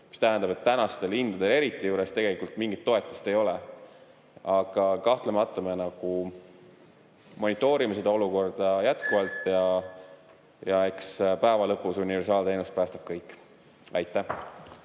mis tähendab, et eriti tänaste hindade juures tegelikult mingit toetust ei ole. Aga kahtlemata me monitoorime seda olukorda jätkuvalt ja eks päeva lõpus universaalteenus päästab kõik. Ja